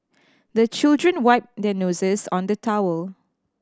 the children wipe their noses on the towel